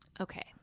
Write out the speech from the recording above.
okay